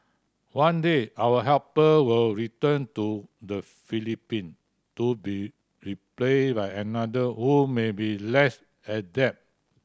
one day our helper will return to the Philippine to be replaced by another who may be less adept